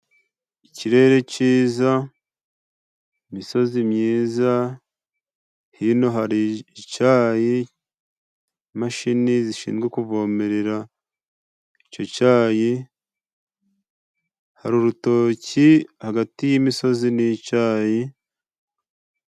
Ikirere ciza, imisozi myiza hino hari icayi, imashini zishinzwe kuvomerera ico cayi, hari urutoki hagati y'imisozi n'icayi.